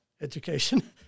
education